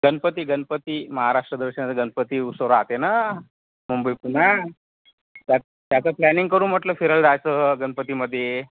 गणपती गणपती महाराष्ट्र दर्शन गणपती उत्सव राहते ना मुंबई पुणा त्याच त्याचं प्लॅनिंग करू म्हटलं फिरायला जायचं गणपतीमध्ये